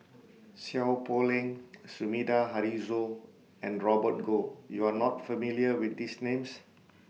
Seow Poh Leng Sumida Haruzo and Robert Goh YOU Are not familiar with These Names